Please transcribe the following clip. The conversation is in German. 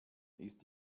ist